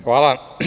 Hvala.